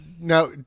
Now